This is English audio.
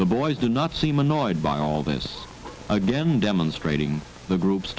the boys do not seem annoyed by all this again demonstrating the group